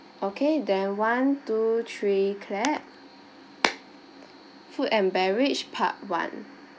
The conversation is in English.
okay then one two three clap food and beverage part one